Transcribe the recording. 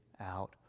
out